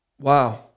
Wow